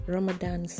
Ramadan